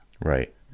Right